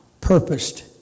purposed